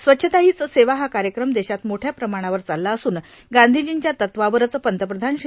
स्वच्छता हीच सेवा हा कार्यक्रम देशात मोठ्या प्रमाणावर चालला असून गांधीजींच्या तत्वावरच पंतप्रधान श्री